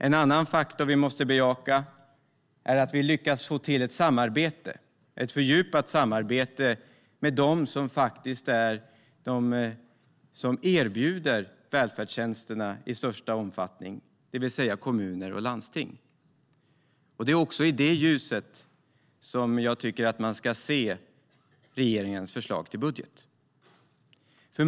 En annan faktor som vi måste bejaka är att vi lyckas få till ett fördjupat samarbete med dem som är de som erbjuder välfärdstjänsterna i störst omfattning, det vill säga kommuner och landsting. Det är också i det ljuset som man ska se regeringens förslag till budget.